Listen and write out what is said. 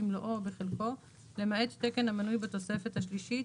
במלואו או בחלקו למעט תקן המנוי בתוספת השלישית,